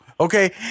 Okay